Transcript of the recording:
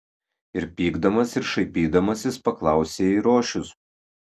ir pykdamas ir šaipydamasis paklausė eirošius